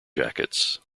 jackets